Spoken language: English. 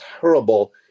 terrible